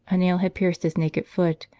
a nail had pierced his naked foot,